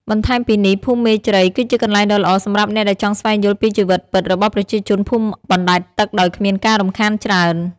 បន្ថែមពីនេះភូមិមេជ្រៃ គឺជាកន្លែងដ៏ល្អសម្រាប់អ្នកដែលចង់ស្វែងយល់ពីជីវិតពិតរបស់ប្រជាជនភូមិបណ្តែតទឹកដោយគ្មានការរំខានច្រើន។